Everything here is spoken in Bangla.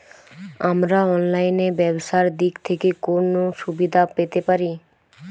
আমরা অনলাইনে ব্যবসার দিক থেকে কোন সুবিধা পেতে পারি?